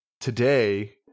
today